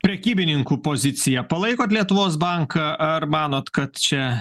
prekybininkų pozicija palaikot lietuvos banką ar manot kad čia